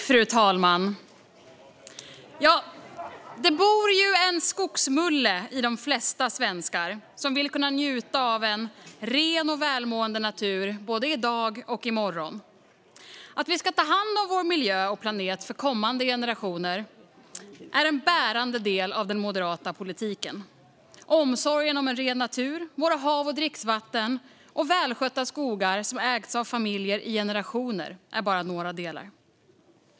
Fru talman! I de flesta svenskar bor en skogsmulle som vill kunna njuta av en ren och välmående natur, både i dag och i morgon. Att vi ska ta hand om vår miljö och planet för kommande generationer är en bärande del av den moderata politiken. Omsorgen om en ren natur, våra hav och dricksvatten och välskötta skogar som ägts av familjer i generationer är bara några delar.